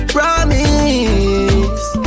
Promise